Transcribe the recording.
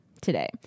today